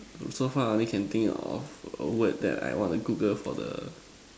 so far I only can think of a word that I want to Google for the